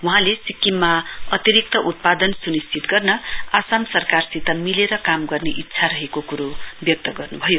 वहाँले सिक्किमिमा अतिरिक्त उत्पादन सुनिश्चित गर्न आसाम सरकारसित मिलेर काम गर्ने इच्छा रहेको कुरो व्यक्त गर्नुभयो